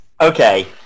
Okay